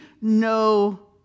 no